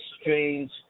Strange